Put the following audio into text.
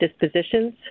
dispositions